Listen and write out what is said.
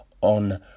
on